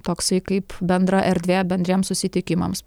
toksai kaip bendra erdvė bendriems susitikimams